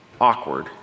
Awkward